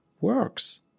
works